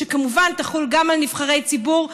שכמובן יחול גם על נבחרי ציבור.